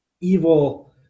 evil